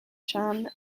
chan